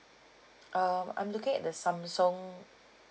um I'm looking at the samsung